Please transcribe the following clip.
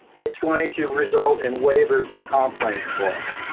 it's going to result in waivers of comp claims for us.